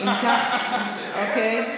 אוקיי.